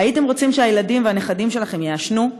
הייתם רוצים שהילדים והנכדים שלכם יעשנו?